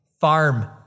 Farm